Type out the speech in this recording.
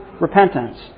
repentance